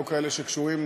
לא כאלה שקשורים